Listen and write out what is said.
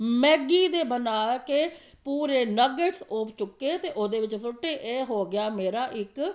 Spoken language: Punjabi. ਮੈਗੀ ਦੇ ਬਣਾ ਕੇ ਪੂਰੇ ਨਗੇਟਸ ਉਫ ਚੁੱਕੇ ਅਤੇ ਉਹਦੇ ਵਿੱਚ ਸੁੱਟੇ ਇਹ ਹੋ ਗਿਆ ਮੇਰਾ ਇੱਕ